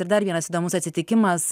ir dar vienas įdomus atsitikimas